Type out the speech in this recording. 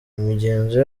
imigenzo